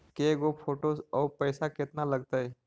के गो फोटो औ पैसा केतना लगतै?